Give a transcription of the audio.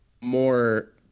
more